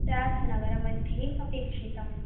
राधानगरमध्ये अपेक्षितम्